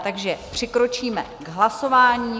Takže přikročíme k hlasování.